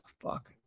Fuck